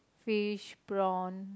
fish prawn